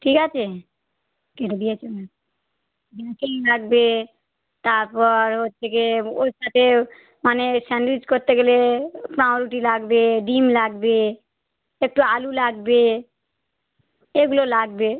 ঠিক আছে কেটে দিয়েছে মনে হয় নিমকি লাগবে তারপর হচ্ছে গিয়ে ওর সাথে মানে স্যান্ডউইচ করতে গেলে পাউরুটি লাগবে ডিম লাগবে একটু আলু লাগবে এগুলো লাগবে